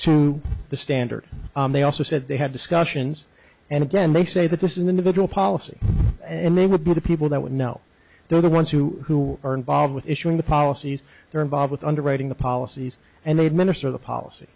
to the standard they also said they had discussions and again they say that this is an individual policy and they would be the people that would know they're the ones who are involved with issuing the policies they're involved with underwriting the policies and they administer the policy